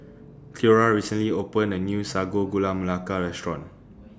Cleora recently opened A New Sago Gula Melaka Restaurant